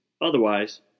otherwise